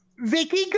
vicky